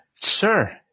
sure